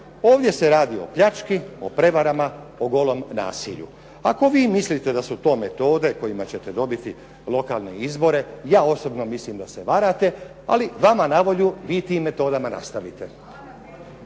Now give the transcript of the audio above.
Ovdje se radi o pljački, o prevarama, o golom nasilju. Ako vi mislite da su to metode kojima ćete dobiti lokalne izbore, ja osobno mislim da se varate, ali vama na volju, vi tim metodama nastavite.